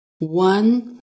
One